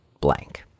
blank